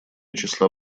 числа